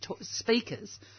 speakers